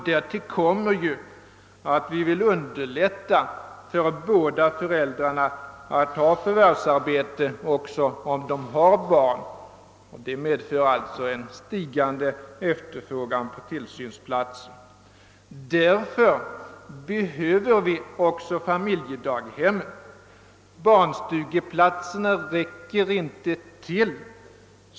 Därtill kommer ju att vi vill underlätta för båda föräldrarna att ha förvärvsarbete också om de har barn. Det medför alltså en stigande efterfrågan på tillsynsplatser. Därför behöver vi även familjedaghemmen. <Barnstugeplatserna räcker inte till.